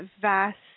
vast